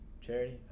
Charity